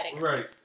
right